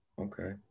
okay